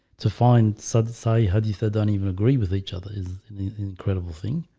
to find sad sigh how do you say don't even agree with each other is an incredible thing